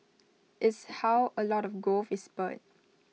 is how A lot of growth is spurred